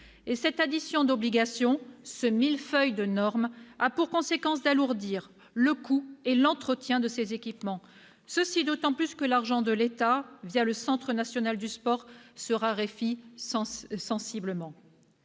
Cette addition d'obligations, ce millefeuille de normes, a pour conséquence d'alourdir le coût et l'entretien de ces équipements, d'autant plus que l'argent de l'État, le Centre national du sport, se raréfie sensiblement.